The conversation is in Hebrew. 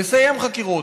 לסיים חקירות.